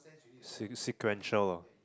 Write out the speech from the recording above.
seq~ sequential ah